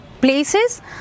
places